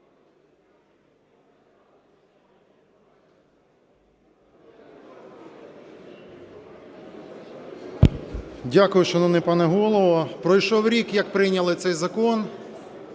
Дякую, шановний пане Голово. Пройшов рік, як прийняли цей закон.